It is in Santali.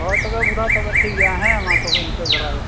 ᱦᱳᱭ ᱛᱚᱵᱮ ᱛᱚᱵᱮ ᱴᱷᱤᱠ ᱜᱮᱭᱟ ᱦᱮᱸ ᱢᱟ ᱛᱚᱵᱚ ᱤᱱᱠᱟᱹ ᱫᱷᱟᱨᱟ ᱜᱮ